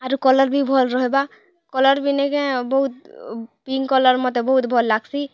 ଆରୁ କଲର୍ ବି ଭଲ୍ ରହେବା କଲର୍ ବି ନି କାଏଁ ବହୁତ ପିଙ୍କ୍ କଲର୍ ମତେ ବହୁତ୍ ଭଲ୍ ଲାଗ୍ସି